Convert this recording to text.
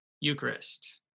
Eucharist